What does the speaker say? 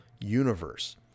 universe